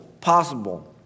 possible